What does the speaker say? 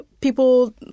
people